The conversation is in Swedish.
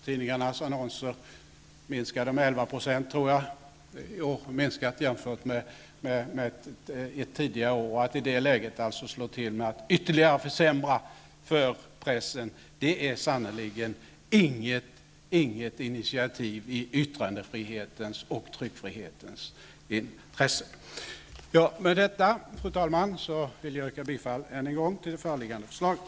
Tidningarnas annonser har minskat med 11 % i år jämfört med ett tidigare år. Att i det läget slå till med ytterligare försämringar för pressen är sannerligen inget initiativ i yttrandefrihetens och tryckfrihetens intresse. Fru talman! Med detta vill jag än en gång yrka bifall till det föreliggande förslaget.